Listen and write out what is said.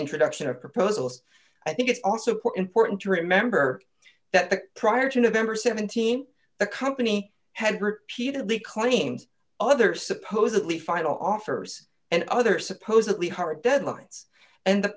introduction or proposals i think it's also important to remember that prior to november th the company had repeatedly claims other supposedly final offers and other supposedly hard deadlines and the